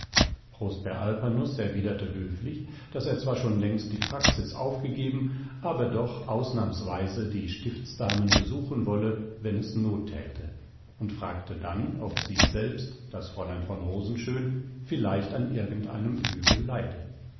prosper alpanus erwiderte höflich daß er zwar schon längst die praxis aufgegeben aber doch ausnahmsweise die stiftsdamen besuchen wolle wenn es not täte und fragte dann ob sie selbst das fräulein von rosenschön vielleicht an irgendeinem übel leide